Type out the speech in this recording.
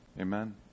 Amen